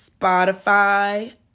Spotify